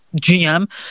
GM